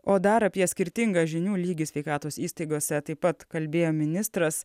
o dar apie skirtingą žinių lygį sveikatos įstaigose taip pat kalbėjo ministras